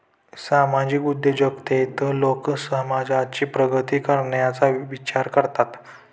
सामाजिक उद्योजकतेत लोक समाजाची प्रगती करण्याचा विचार करतात